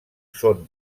són